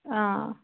آ